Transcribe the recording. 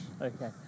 okay